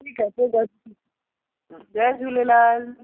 ठीकु आहे कोई ॻाल्हि नाहे जय झूलेलाल